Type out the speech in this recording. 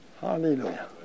Hallelujah